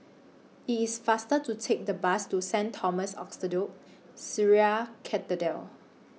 IT IS faster to Take The Bus to Saint Thomas Orthodox Syrian Cathedral